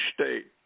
state